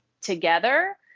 together